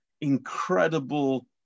incredible